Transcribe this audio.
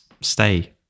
stay